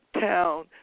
Town